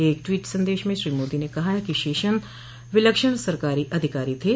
एक ट्वीट संदेश में श्री मोदी ने कहा है कि शेषन विलक्षण सरकारी अधिकारी थे